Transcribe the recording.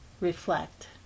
reflect